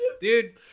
dude